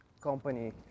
company